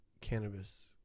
cannabis